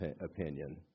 opinion